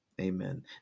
Amen